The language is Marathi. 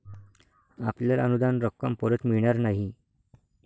आपल्याला अनुदान रक्कम परत मिळणार नाही